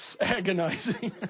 Agonizing